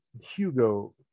hugo